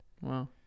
Wow